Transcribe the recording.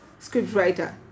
scriptwriter